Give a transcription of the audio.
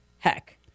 heck